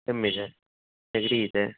ಕೆಮ್ಮಿದೆ ನೆಗಡಿ ಇದೆ